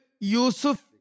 Yusuf